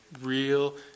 real